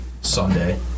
Sunday